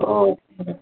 okay